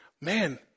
man